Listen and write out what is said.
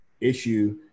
issue